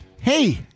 hey